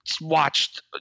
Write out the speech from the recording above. watched